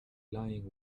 lying